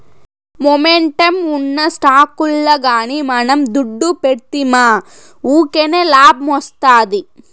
momentum ఉన్న స్టాకుల్ల గానీ మనం దుడ్డు పెడ్తిమా వూకినే లాబ్మొస్తాది